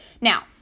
Now